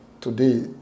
today